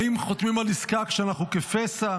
האם חותמים על עסקה כשאנחנו כפסע?